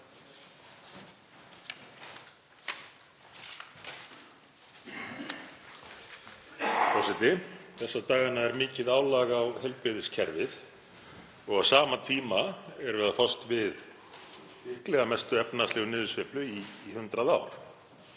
Þessa dagana er mikið álag á heilbrigðiskerfið og á sama tíma erum við að fást við líklega mestu efnahagslegu niðursveiflu í 100 ár.